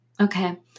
Okay